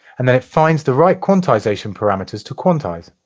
and then finds the right quantization parameters to quantize.